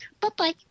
bye-bye